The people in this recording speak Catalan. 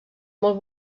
molt